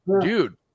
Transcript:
dude